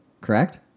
Correct